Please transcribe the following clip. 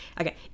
okay